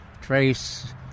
Trace